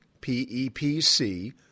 P-E-P-C